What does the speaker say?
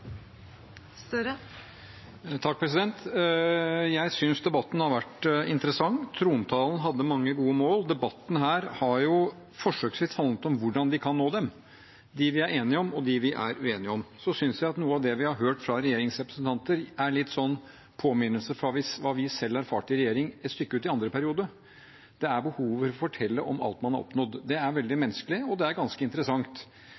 Jeg synes debatten har vært interessant. Trontalen hadde mange gode mål, og debatten her har forsøksvis handlet om hvordan vi kan nå dem – dem vi er enige om, og dem vi er uenige om. Noe av det vi har hørt fra regjeringsrepresentantene, som er en påminnelse om det vi selv erfarte i regjering et stykke ut i andre periode, er behovet for å fortelle om alt man har oppnådd. Det er veldig menneskelig, og det er ganske interessant.